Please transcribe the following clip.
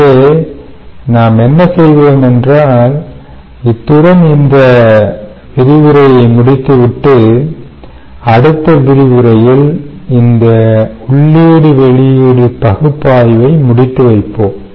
எனவே நாம் என்ன செய்வோம் என்றால் இத்துடன் இந்த விரிவுரையை முடித்துவிட்டு அடுத்த விரிவுரையில் இந்த உள்ளீடு வெளியீடு பகுப்பாய்வை முடித்து வைப்போம்